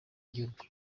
igihugu